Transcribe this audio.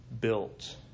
built